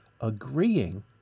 agreeing